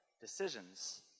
decisions